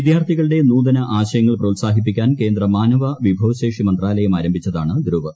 വിദ്യാർത്ഥികളുടെ നൂതനാശയങ്ങൾ പ്രോത്സാഹിപ്പിക്കാൻ കേന്ദ്ര മാനവ വിഭവശേഷി മന്ത്രാലയം ആരംഭിച്ചതാണ് ധ്രുവ്